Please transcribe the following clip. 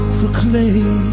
proclaim